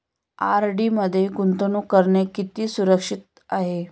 RD मध्ये गुंतवणूक करणे किती सुरक्षित आहे?